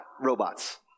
robots